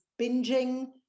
binging